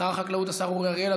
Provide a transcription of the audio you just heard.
שר החקלאות השר אורי אריאל.